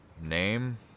Name